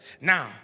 Now